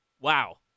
Wow